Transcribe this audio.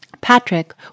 Patrick